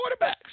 quarterbacks